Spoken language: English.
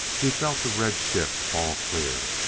he felt the red ship fall clear.